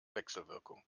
wechselwirkung